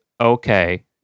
okay